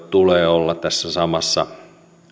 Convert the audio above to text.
tulee olla tässä samassa